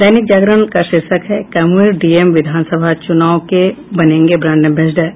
दैनिक जागरण का शीर्षक है कैमूर डीएम विधानसभा चूनाव के बनेंगे ब्रांड अंबेसडर